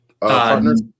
partners